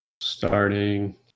Starting